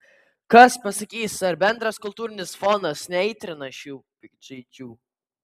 kas pasakys ar bendras kultūrinis fonas neaitrina šių piktžaizdžių